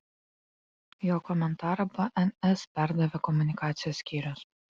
jo komentarą bns perdavė komunikacijos skyrius